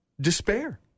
despair